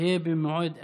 יהיו במועד אחר.